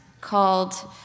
called